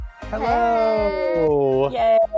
Hello